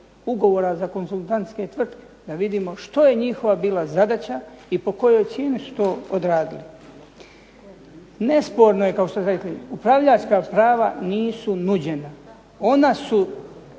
ugovora za konzultantske tvrtke da vidimo što je njihova bila zadaća i po kojoj cijeni su to odradili. Nesporno je kao što ste rekli upravljačka prava nisu nuđena, ona su